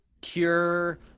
cure